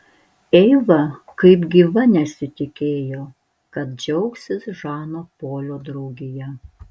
eiva kaip gyva nesitikėjo kad džiaugsis žano polio draugija